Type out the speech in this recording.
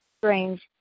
strange